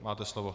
Máte slovo.